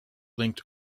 linked